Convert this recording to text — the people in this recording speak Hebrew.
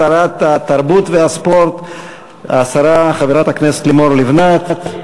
שרת התרבות והספורט, חברת הכנסת לימור לבנת.